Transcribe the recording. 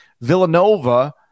Villanova